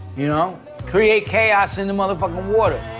you know create chaos in the motherfucking water.